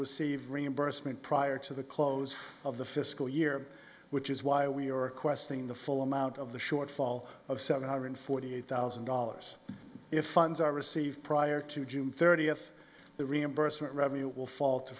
receive reimbursement prior to the close of the fiscal year which is why we are questioning the full amount of the shortfall of seven hundred forty eight thousand dollars if funds are received prior to june thirtieth the reimbursement revenue will fall to